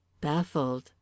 baffled